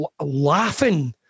laughing